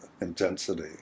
intensity